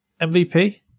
MVP